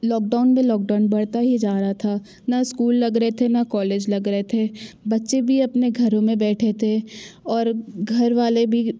lockdown पे lockdown बढ़ता ही जा रहा था न स्कूल लग रहे थे न कॉलेज लग रहे थे बच्चे भी अपने घरों में बैठे थे और घर वाले भी